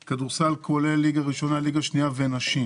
כולל ליגה ראשונה, ליגה שנייה ונשים